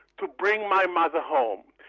to bring my mother home,